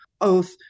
oath